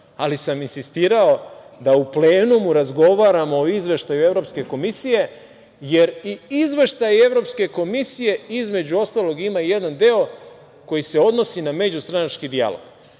ali sam insistirao da u plenumu razgovaramo o izveštaju Evropske komisije jer i izveštaj Evropske komisije, između ostalog, ima jedan deo koji se odnosi na međustranački dijalog.